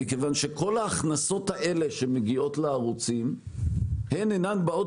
מכיוון שכל ההכנסות האלה שמגיעות לערוצים אינן באות